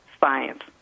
science